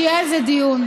שיהיה על זה דיון.